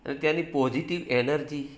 અને ત્યાંની positive energy